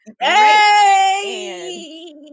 Hey